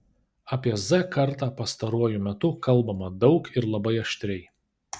apie z kartą pastaruoju metu kalbama daug ir labai aštriai